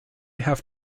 have